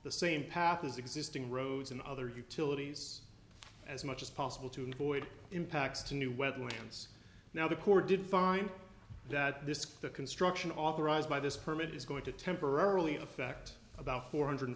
the same path as existing roads and other utilities as much as possible to avoid impacts to new wetlands now the corps did find that this construction authorized by this permit is going to temporarily affect about four hundred